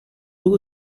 two